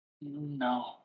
No